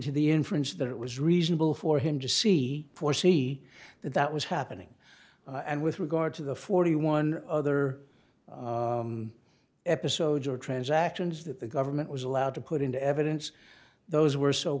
to the inference that it was reasonable for him to see foresee that that was happening and with regard to the forty one other episodes or transactions that the government was allowed to put into evidence those were so